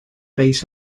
bass